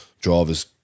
drivers